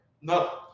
No